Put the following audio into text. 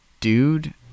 dude